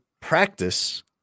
practice